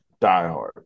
diehard